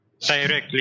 directly